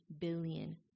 billion